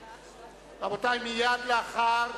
רבותי, מייד לאחר